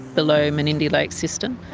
below menindee lakes system.